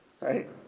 right